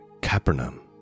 Capernaum